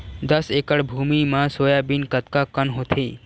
दस एकड़ भुमि म सोयाबीन कतका कन होथे?